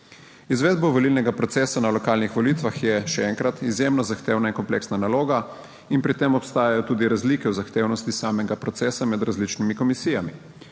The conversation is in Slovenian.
Izvedba volilnega procesa na lokalnih volitvah je, še enkrat, izjemno zahtevna in kompleksna naloga in pri tem obstajajo tudi razlike v zahtevnosti samega procesa med različnimi komisijami.